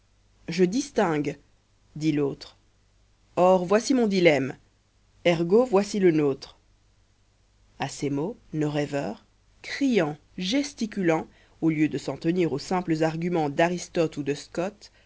je distingue dit l'autre or voici mon dilemrite ergo voici le nôtre a ces mots nos rêveurs criants gesticulants au heu de s'en tenir aux simples arguments d'aristole ou de scot